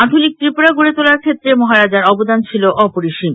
আধুনিক ত্রিপুরা গড়ে তোলার ক্ষেত্রে মহারাজার অবদান ছিল অপরিসীম